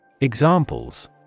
Examples